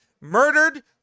murdered